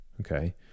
okay